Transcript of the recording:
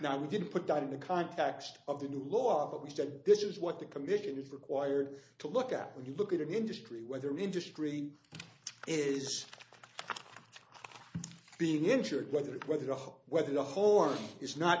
now we didn't put that in the context of the new law but we said this is what the commission is required to look at when you look at an industry whether industry is being insured whether it whether to hold whether the horse is not